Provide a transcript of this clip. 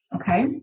okay